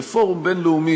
בפורום בין-לאומי,